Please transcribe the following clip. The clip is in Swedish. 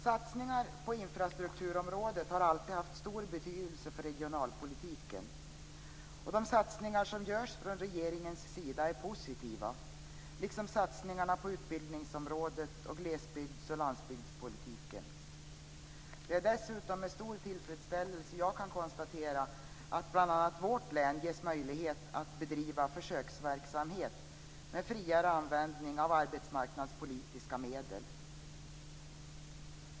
Satsningar på infrastrukturområdet har alltid haft stor betydelse för regionalpolitiken. De satsningar som görs från regeringens sida är positiva liksom satsningarna på utbildningsområdet och glesbygdsoch landsbygdspolitiken. Det är dessutom med stor tillfredsställelse jag kan konstatera att bl.a. vårt län ges möjlighet att bedriva försöksverksamhet med friare användning av arbetsmarknadspolitiska medel.